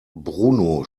bruno